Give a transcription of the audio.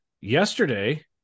Yesterday